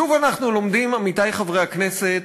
שוב אנחנו לומדים, עמיתי חברי הכנסת,